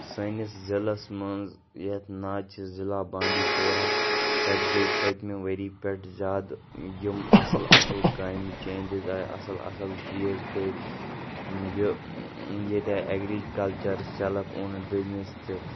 سٲنِس ضِلعس منٛز یَتھ ناو چھِ ضِلعہ بانڈی پورہ تَتہِ گٔے پٔتمہِ ؤری پٮ۪ٹھ زیادٕ یِم اَصٕل اَصٕل کامہِ چینٛجِز آے اَصٕل اَصٕل چیٖز کٔرۍ یہِ ییٚتہِ آے ایٚگریٖکَلچَر سیٚلٕف اونٕڈ بِزنٮ۪س تہِ